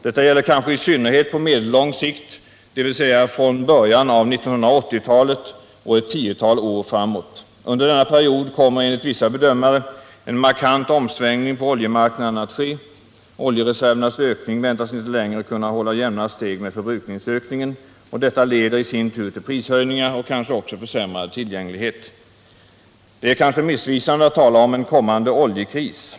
Detta gäller kanske i synnerhet på medellång sikt, dvs. från början av 1980-talet och ett tiotal år framåt. Under denna period kommer enligt vissa bedömare en markant omsvängning på oljemarknaden att ske. Oljereservernas ökning väntas inte längre kunna hålla jämna steg med förbrukningsökningen, och detta leder i sin tur till prishöjningar och kanske också försämrad tillgänglighet. Det är kanske missvisande att tala om en kommande oljekris.